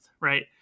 right